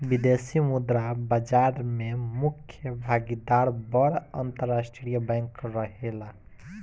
विदेशी मुद्रा बाजार में मुख्य भागीदार बड़ अंतरराष्ट्रीय बैंक रहेला